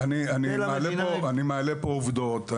אני מעלה עובדות.